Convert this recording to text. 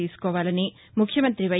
తీసుకోవాలని ముఖ్యమంతి వై